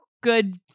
good